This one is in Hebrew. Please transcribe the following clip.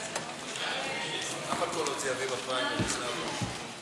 כמה קולות זה יביא בפריימריז, נאוה?